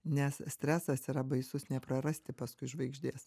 nes stresas yra baisus neprarasti paskui žvaigždės